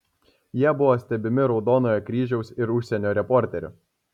jie buvo stebimi raudonojo kryžiaus ir užsienio reporterių